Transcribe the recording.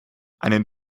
einen